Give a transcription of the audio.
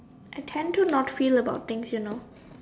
I tend to not feel about things you know